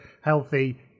healthy